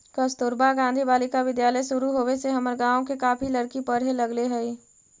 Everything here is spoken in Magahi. कस्तूरबा गांधी बालिका विद्यालय शुरू होवे से हमर गाँव के काफी लड़की पढ़े लगले हइ